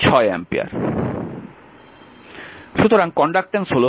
সুতরাং কন্ডাক্ট্যান্স হল G 1R